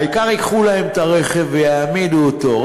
העיקר שייקחו להם את הרכב ויעמידו אותו,